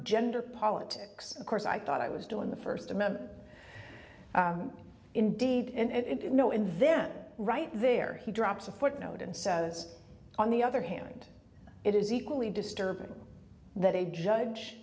gender politics of course i thought i was doing the first amendment indeed and no in there right there he drops a footnote and says on the other hand it is equally disturbing that a judge